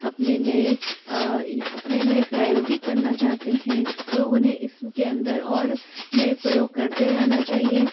अपने नए अपने नए प्रायोगिक करना चाहते हैं तो उन्हें इसके अंदर और नए प्रयोग करते रहना चाहिए